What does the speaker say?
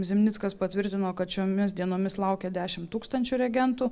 zimnickas patvirtino kad šiomis dienomis laukia dešimt tūkstančių reagentų